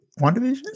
WandaVision